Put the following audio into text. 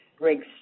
rigs